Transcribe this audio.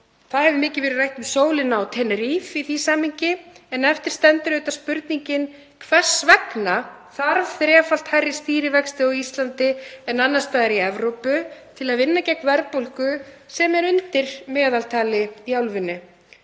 Mikið hefur verið rætt um sólina á Tenerife í því samhengi, en eftir stendur spurningin: Hvers vegna þarf þrefalt hærri stýrivexti á Íslandi en annars staðar í Evrópu til að vinna gegn verðbólgu sem er undir meðaltali í álfunni?